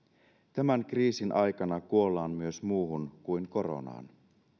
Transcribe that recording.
tämän kriisin aikana kuollaan myös muuhun kuin koronaan